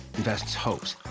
invests hopes,